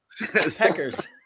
Peckers